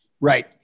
right